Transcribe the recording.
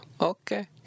Okay